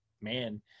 man